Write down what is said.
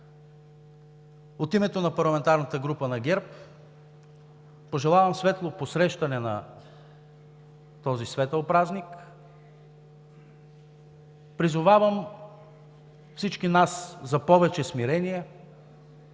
От името на парламентарната група на ГЕРБ пожелавам светло посрещане на този светъл празник! Призовавам всички нас за повече смирение,